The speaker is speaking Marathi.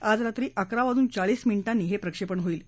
आज रात्री अकरा वाजून चाळीस मिनी नी हे प्रक्षेपण होईल